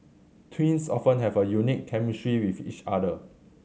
twins often have a unique chemistry with each other